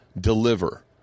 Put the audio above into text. deliver